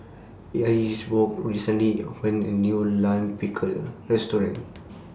Ingeborg recently opened A New Lime Pickle Restaurant